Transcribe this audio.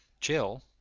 Chill